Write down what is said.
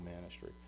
ministry